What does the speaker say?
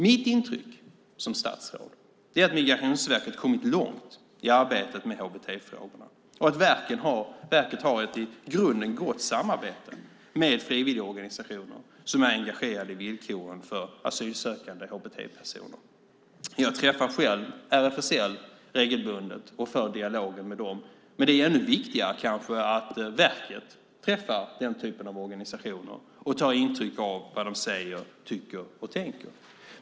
Mitt intryck som statsråd är att Migrationsverket har kommit långt i arbetet med hbt-frågorna och att verket har ett i grunden gott samarbete med frivilligorganisationer som är engagerade i villkoren för asylsökande hbt-personer. Jag träffar själv RFSL regelbundet och för en dialog med dem. Men det kanske är ännu viktigare att verket träffar den typen av organisationer och tar intryck av vad de säger, tycker och tänker.